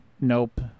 nope